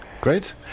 Great